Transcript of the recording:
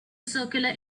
circular